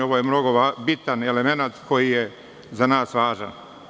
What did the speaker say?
Ovo je mnogo bitan elemenat koji je za nas važan.